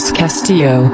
castillo